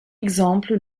exemple